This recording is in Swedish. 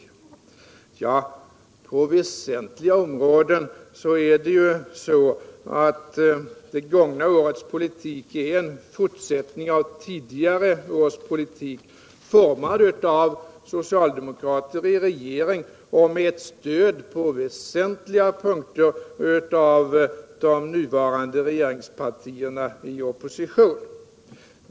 Men på väsentliga punkter är det gångna årets politik en fortsättning av tidigare års politik, formad av socialdemokrater i regering med stöd på väsentliga punkter av de nuvarande regeringspartierna i opposition.